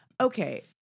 okay